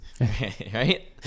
right